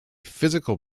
physical